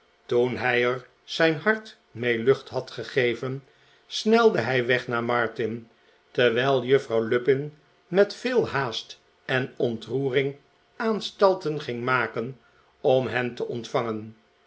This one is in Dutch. toen hij er zijn hart mee lucht had gegeven snelde hij weg naar martin terwijl juffrouw lupin met veel haast en ontroering aanstalten ging maken om hen te ontvangen